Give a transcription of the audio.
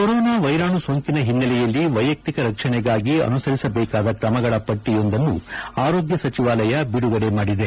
corona ವೈರಾಣು ಸೋಂಕಿನ ಹಿನ್ನೆಲೆಯಲ್ಲಿ ವೈಯಕ್ತಿಕ ರಕ್ಷಣೆಗಾಗಿ ಅನುಸರಿಸಬೇಕಾದ ಕ್ರಮಗಳ ಪಟ್ಟಿಯೊಂದನ್ನು ಆರೋಗ್ಯ ಸಚಿವಾಲಯ ಬಿದುಗಡೆ ಮಾಡಿದೆ